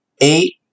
eight